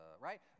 right